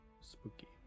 Spooky